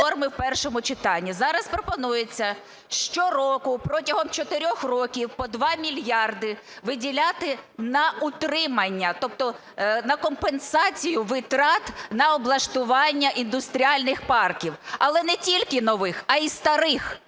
Зараз пропонується щороку, протягом чотирьох років, по 2 мільярди виділяти на утримання, тобто на компенсацію витрат на облаштування індустріальних парків, але не тільки нових, а й старих.